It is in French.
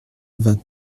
vingt